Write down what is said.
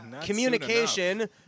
Communication